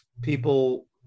people